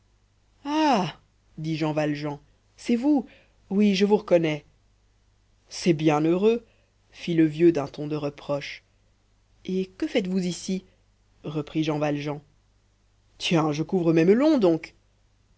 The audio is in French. dit jean valjean c'est vous oui je vous reconnais c'est bien heureux fit le vieux d'un ton de reproche et que faites-vous ici reprit jean valjean tiens je couvre mes melons donc